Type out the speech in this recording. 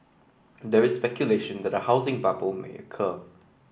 there is speculation that a housing bubble may occur